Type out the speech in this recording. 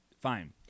Fine